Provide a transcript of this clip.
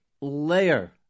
layer